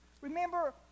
Remember